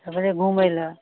सगरे घुमय लए